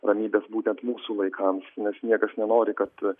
ramybės būtent mūsų vaikams nes niekas nenori kad